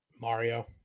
Mario